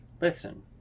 Listen